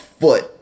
foot